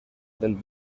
del